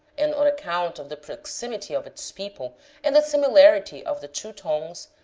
and on account of the proximity of its people and the similarity of the two tongues,